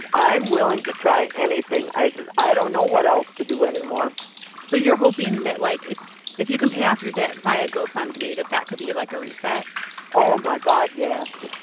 i'm willing to try anything. i says, i don't know what else to do anymore so you're hoping that, like, if if you can pay off your debt via gofundme, that that could be, like, a reset oh, my god, yes.